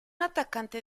atacante